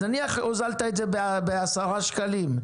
אז נניח הוזלת את זה בעשרה שקלים,